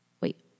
wait